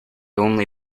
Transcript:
only